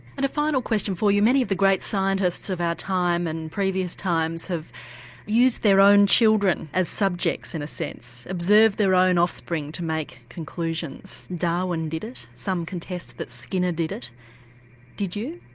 and a final question for you. many of the great scientists of our time and previous times have used their own children as subjects in a sense, observed their own offspring to make conclusions. darwin did it, some contest that skinner did it did you?